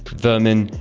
vermin,